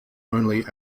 only